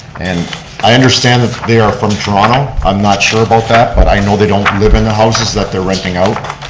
and i understand that they are from toronto, i'm not sure about that, but i know they don't live in the houses that they're renting out.